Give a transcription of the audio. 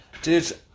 Dude